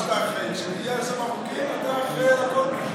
כשמגיעים לשם החוקים אתה אחראי על הכול.